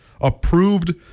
approved